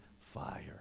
fire